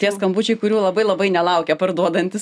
tie skambučiai kurių labai labai nelaukia parduodantys